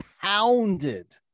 pounded